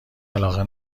علاقه